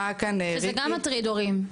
שזה גם מטריד הורים.